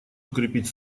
укрепить